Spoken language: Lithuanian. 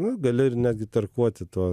nu gali ir netgi tarkuoti tuo